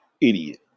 idiot